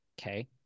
Okay